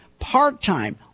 part-time